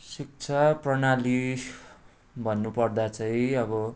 शिक्षा प्रणाली भन्नुपर्दा चाहिँ अब